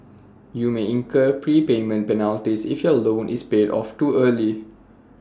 you may incur prepayment penalties if your loan is paid off too early